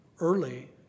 early